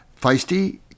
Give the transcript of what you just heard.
feisty